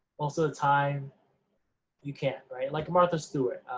also the time you can't, right, like martha stewart,